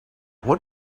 what